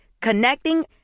Connecting